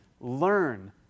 learn